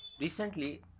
recently